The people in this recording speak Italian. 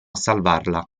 salvarla